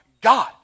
God